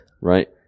Right